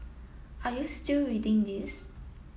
are you still reading this